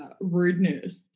rudeness